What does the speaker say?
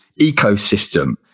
ecosystem